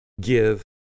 give